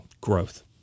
growth